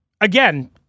again